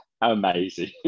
amazing